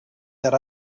that